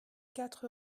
quatre